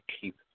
keep